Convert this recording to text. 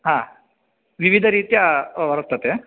हा विविधरीत्या वर्तते